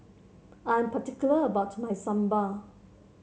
I am particular about my sambal